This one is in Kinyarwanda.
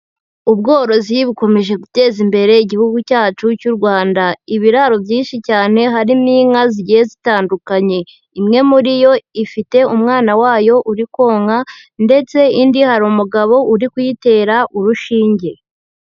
Ubworozi bukomeje guteza imbere Igihugu cyacu cy'u Rwanda, ibiraro byinshi cyane hari n'inka zigiye zitandukanye, imwe muri yo ifite umwana wayo uri konka ndetse indi hari umugabo uri kuyitera urushinge.